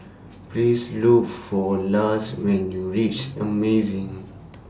Please Look For Lars when YOU REACH Amazing